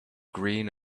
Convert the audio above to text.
green